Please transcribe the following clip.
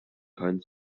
keinen